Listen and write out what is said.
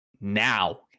Now